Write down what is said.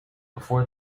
before